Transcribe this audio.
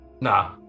Nah